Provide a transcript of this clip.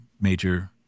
major